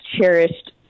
cherished –